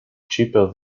cheaper